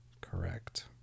correct